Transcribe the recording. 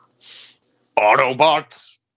Autobots